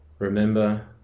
Remember